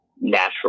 natural